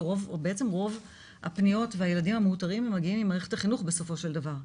שבעצם רוב הפניות והילדים המאותרים מגיעים ממערכת החינוך בסופו של דבר.